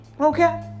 Okay